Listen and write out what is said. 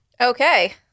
okay